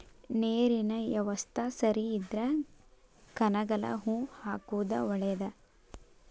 ನೇರಿನ ಯವಸ್ತಾ ಸರಿ ಇದ್ರ ಕನಗಲ ಹೂ ಹಾಕುದ ಒಳೇದ